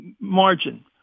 margin